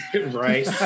right